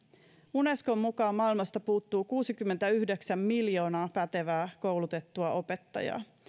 unescon mukaan maailmasta puuttuu kuusikymmentäyhdeksän miljoonaa pätevää koulutettua opettajaa